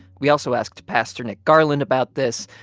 we also asked pastor nick garland about this.